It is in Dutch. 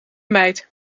meid